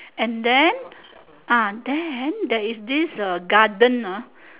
and then ah then there is this uh garden ah